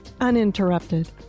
uninterrupted